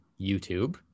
YouTube